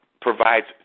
provides